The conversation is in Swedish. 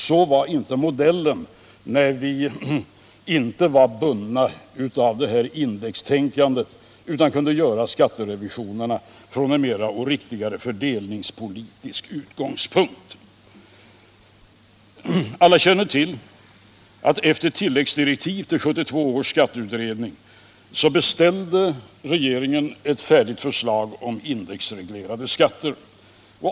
Så var inte modellen när vi inte var bundna av detta indextänkande utan kunde göra skatterevisionerna från en mera — och riktigare — fördelningspolitisk utgångspunkt. Alla känner till att efter tilläggsdirektiv till 1972 års skatteutredning beställde regeringen ett färdigt förslag om indexreglerade skatter.